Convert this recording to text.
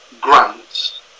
grants